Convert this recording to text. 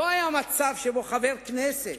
לא היה מצב שבו חבר כנסת